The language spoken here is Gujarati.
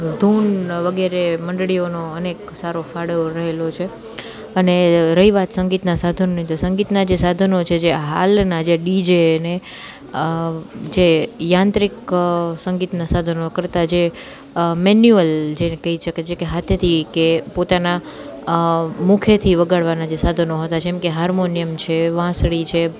ધૂન વગેરે મંડળીઓનો અનેક સારો ફાળો રહેલો છે અને રહી વાત સંગીતનાં સાધનની તો સંગીતનાં જે સાધનો છે જે હાલનાં જે ડીજે ને જે યાંત્રિક સંગીતનાં સાધનો કરતાં જે મેન્યુઅલ જેને કહી શકે છે કે હાથેથી કે પોતાનાં મુખેથી વગાડવાનાં જે સાધનો હતાં જેમકે હાર્મોનિયમ છે વાંસળી છે